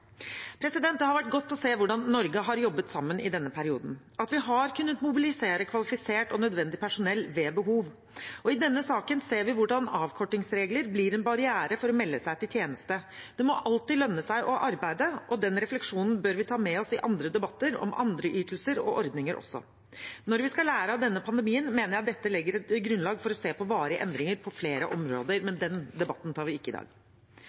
Det har vært godt å se hvordan Norge har jobbet sammen i denne perioden, at vi har kunnet mobilisere kvalifisert og nødvendig personell ved behov. I denne saken ser vi hvordan avkortingsregler blir en barriere for å melde seg til tjeneste. Det må alltid lønne seg å arbeide, og den refleksjonen bør vi ta med oss i andre debatter om andre ytelser og ordninger også. Når vi skal lære av denne pandemien, mener jeg at dette legger et grunnlag for å se på varige endringer på flere områder – men den debatten tar vi ikke i dag.